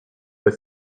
but